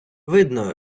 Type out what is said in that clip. видно